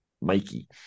Mikey